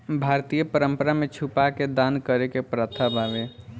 भारतीय परंपरा में छुपा के दान करे के प्रथा बावे